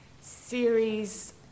series